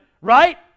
right